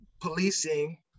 policing